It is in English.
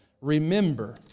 remember